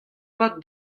vat